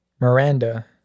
Miranda